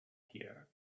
here